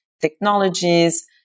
technologies